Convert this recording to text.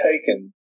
taken